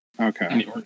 Okay